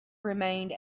remained